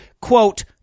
quote